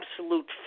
absolute